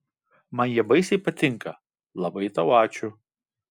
man jie baisiai patinka labai tau ačiū